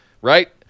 Right